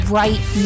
right